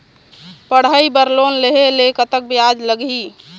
पढ़ई बर लोन लेहे ले कतक ब्याज लगही?